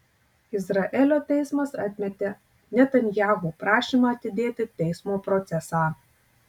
izraelio teismas atmetė netanyahu prašymą atidėti teismo procesą